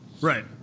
Right